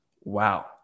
wow